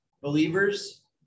believers